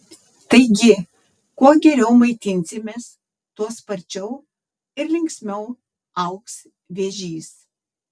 taigi kuo geriau maitinsimės tuo sparčiau ir linksmiau augs vėžys